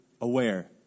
aware